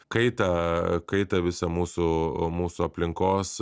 kaitą kaitą visą mūsų mūsų aplinkos